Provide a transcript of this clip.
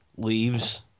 leaves